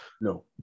No